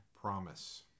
promise